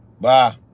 Bye